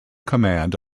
command